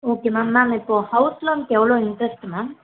okay ma'am ma'am இப்போ house லோன்க்கு எவ்வளோ இன்ட்ரெஸ்ட்டு மேம்